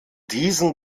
diesen